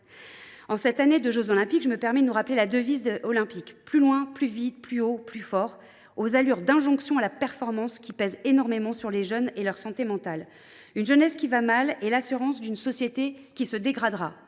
En cette année de jeux Olympiques, je me permets de rappeler la devise de l’olympisme, « Plus vite, plus haut, plus fort », aux allures d’injonction à la performance, ce qui pèse énormément sur les jeunes et leur santé mentale. Une jeunesse qui va mal est l’assurance d’une société qui se dégradera.